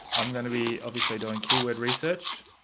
i'm going to be obviously doing keyword research,